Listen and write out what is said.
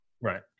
right